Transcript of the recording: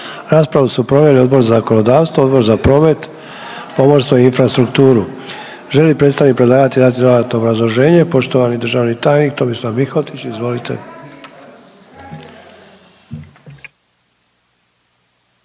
Raspravu su proveli Odbor za zakonodavstvo, Odbor za pomorstvo, promet i infrastrukturu. Želi li predstavnik predlagatelja dati dodatno obrazloženje? Poštovani državni tajnik Tomislav Mihotić, izvolite.